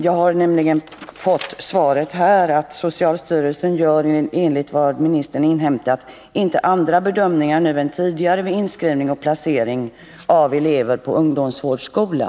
Jag har nämligen fått följande svar: ”Socialstyrelsen gör enligt vad jag har inhämtat inte andra bedömningar nu än tidigare vid inskrivning och placering av elever på ungdomsvårdsskola.